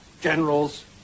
generals